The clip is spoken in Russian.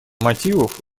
мотивов